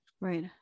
Right